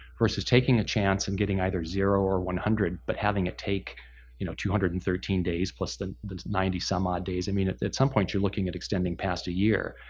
versus taking a chance and getting either zero, or one hundred, but having it take you know two hundred and thirteen days, plus the the ninety some odd days, i mean at at some point you're looking at extending past a year.